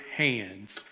hands